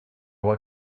what